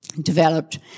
developed